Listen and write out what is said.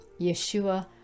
Yeshua